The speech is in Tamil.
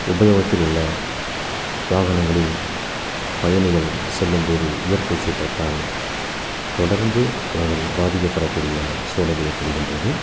உபயோகத்தில் உள்ள வாகனங்களில் பயணிகள் செல்லும்போது இயற்கை சீற்றத்தால் தொடர்ந்து அவர்கள் பாதிக்கப்படக்கூடிய சூழல் ஏற்படுகின்றது